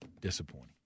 disappointing